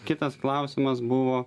kitas klausimas buvo